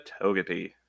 Togepi